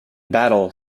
battle